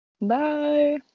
Bye